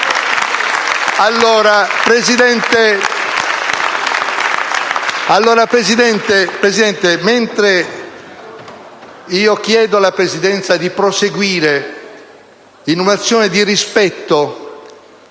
Signora Presidente, mentre io chiedo alla Presidenza di proseguire in un'azione di rispetto